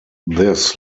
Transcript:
this